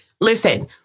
listen